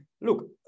look